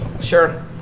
Sure